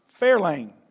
Fairlane